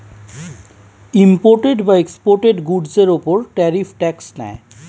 imported বা exported গুডসের উপর ট্যারিফ ট্যাক্স নেয়